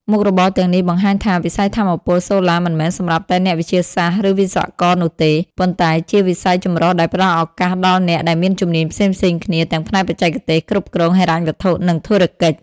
មុខរបរទាំងនេះបង្ហាញថា វិស័យថាមពលសូឡាមិនមែនសម្រាប់តែអ្នកវិទ្យាសាស្ត្រ ឬវិស្វករនោះទេ ប៉ុន្តែជាវិស័យចម្រុះដែលផ្តល់ឱកាសដល់អ្នកដែលមានជំនាញផ្សេងៗគ្នា ទាំងផ្នែកបច្ចេកទេស គ្រប់គ្រង ហិរញ្ញវត្ថុ និងធុរកិច្ច។